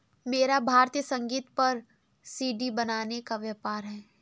मेरा भारतीय संगीत पर सी.डी बनाने का व्यापार है